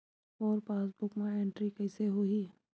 मोर passbook मा entry कइसे होही?